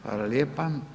Hvala lijepa.